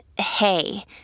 hey